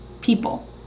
people